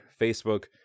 Facebook